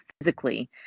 physically